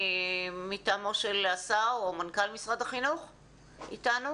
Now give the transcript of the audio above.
מטעמו של השר או מנכ"ל משרד החינוך איתנו?